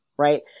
right